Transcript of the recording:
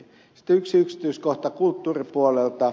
sitten yksi yksityiskohta kulttuuripuolelta